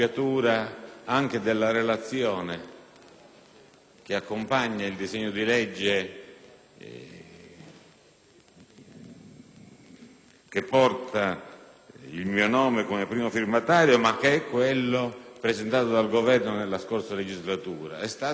relazione al disegno di legge che porta il mio nome come primo firmatario, ma che è quello presentato dal Governo nella scorsa legislatura. È stata ripetuta